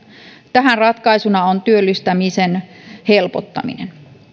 tähän ratkaisuna on työllistämisen helpottaminen